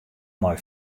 mei